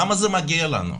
למה זה מגיע לנו?